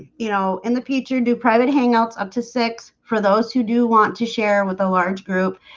you know in the future do private hangouts up to six for those who do want to share with a large group